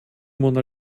mona